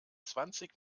zwanzig